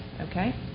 Okay